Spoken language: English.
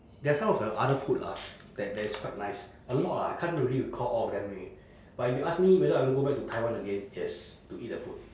there are some of the other food lah that that is quite nice a lot ah I can't really recall all of them already but if you ask me whether I want to go back to taiwan again yes to eat the food